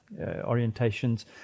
orientations